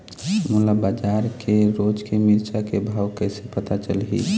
मोला बजार के रोज के मिरचा के भाव कइसे पता चलही?